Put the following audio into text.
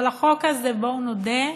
אבל לחוק הזה, בואו נודה,